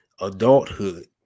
adulthood